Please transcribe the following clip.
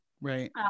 Right